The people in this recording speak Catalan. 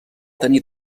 tenir